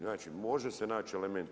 Znači, može se naći elementi.